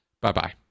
Bye-bye